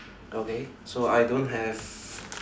okay so I don't have